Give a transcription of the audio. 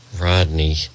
Rodney